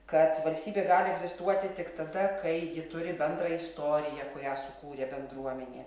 kad valstybė gali egzistuoti tik tada kai ji turi bendrą istoriją kurią sukūrė bendruomenė